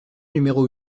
numéro